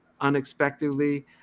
unexpectedly